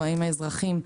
או האם האזרחים בנגב,